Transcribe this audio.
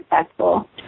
successful